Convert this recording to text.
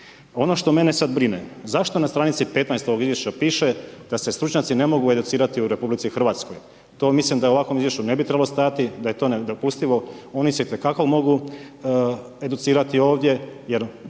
Ono što mene sad brine, zašto na stranici ovog izvješća piše da se stručnjaci ne mogu educirati u RH, to mislim da u ovakvom izvješću ne bi trebalo stajati, da je to nedopustivo, ja mislim da se itekako mogu educirati ovdje jer